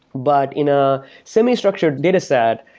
but in a semi-structured dataset,